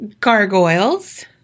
gargoyles